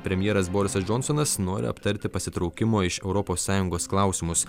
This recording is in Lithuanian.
premjeras borisas džonsonas nori aptarti pasitraukimo iš europos sąjungos klausimus